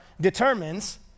determines